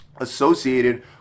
associated